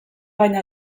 baino